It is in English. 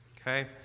Okay